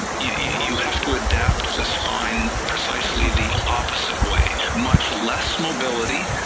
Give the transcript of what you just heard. you have to adapt the spine precisely the opposite way, much less mobility,